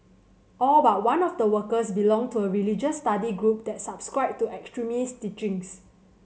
all but one of the workers belonged to a religious study group that subscribed to extremist teachings